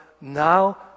now